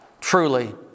truly